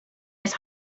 his